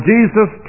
Jesus